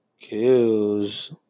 kills